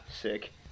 Sick